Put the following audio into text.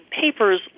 papers